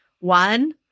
one